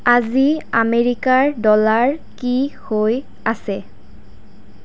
আজি আমেৰিকাৰ ডলাৰ কি হৈ আছে